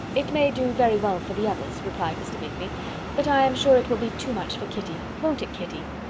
it may do very well for the others, replied mr. bingley but i am sure it will be too much for kitty. won't it, kitty?